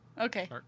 Okay